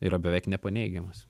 yra beveik nepaneigiamas